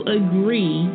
agree